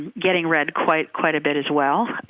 getting read quite quite a bit as well.